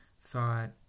thought